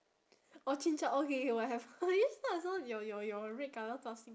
orh chin-chow okay K whatev~ I just now I saw your your your red colour